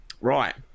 right